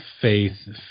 Faith